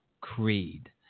Creed